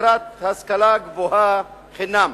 לקראת השכלה גבוהה חינם.